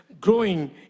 growing